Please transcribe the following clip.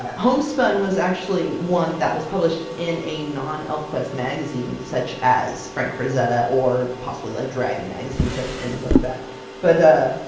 um homespun was actually one that was published in a non-elfquest magazine such as frank frazetta or possibly like dragon magazine, such as things like that but ah,